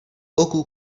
ogół